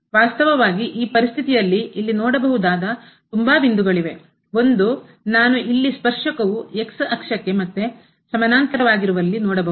ವಾಸ್ತವವಾಗಿ ಈ ಪರಿಸ್ಥಿತಿಯಲ್ಲಿ ಇಲ್ಲಿ ನೋಡಬಹುದಾದ ತುಂಬಾ ಬಿಂದುಗಳಿವೆ ಒಂದು ನಾನು ಇಲ್ಲಿ ಸ್ಪರ್ಶಕವು ಮತ್ತೆ ಸಮಾನಾಂತರವಾಗಿರುವಲ್ಲಿ ನೋಡಬಹುದು